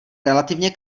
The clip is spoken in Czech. relativně